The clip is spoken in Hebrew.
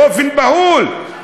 באופן בהול.